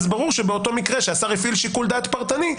ברור שבאותו מקרה שהשר הפעיל שיקול דעת פרטני,